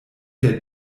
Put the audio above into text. der